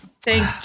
Thank